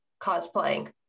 cosplaying